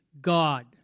God